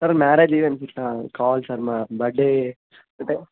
sir marriage event చూసిన కావాలా sir మా బర్త్డే అంటే